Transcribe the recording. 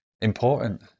important